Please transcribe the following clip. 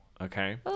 Okay